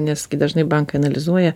nes kai dažnai bankai analizuoja